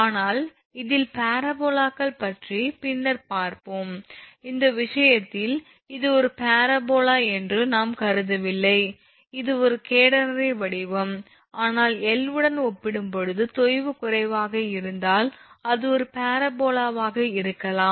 ஆனால் இதில் பரபோலாக்கள் பற்றி பின்னர் பார்ப்போம் இந்த விஷயத்தில் இது ஒரு பரபோலா என்று நாம் கருதவில்லை இது ஒரு கேடனரி வடிவம் ஆனால் L உடன் ஒப்பிடும்போது தொய்வு குறைவாக இருந்தால் அது ஒரு பரபோலாவாக கருதப்படலாம்